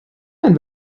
einen